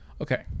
Okay